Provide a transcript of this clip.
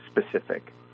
specific